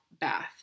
bath